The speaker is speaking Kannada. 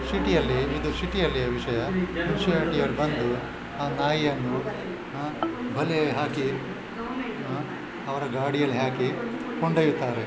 ಶಿಟಿಯಲ್ಲಿ ಇದು ಶಿಟಿಯಲ್ಲಿಯ ವಿಷಯ ಮುನ್ಶಿಪಾಲ್ಟಿಯವರು ಬಂದು ಆ ನಾಯಿಯನ್ನು ಬಲೆ ಹಾಕಿ ಅವರ ಗಾಡಿಯಲ್ಲಿ ಹಾಕಿ ಕೊಂಡೊಯ್ಯುತ್ತಾರೆ